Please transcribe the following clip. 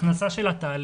ההכנסה שלה תעלה.